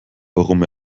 warum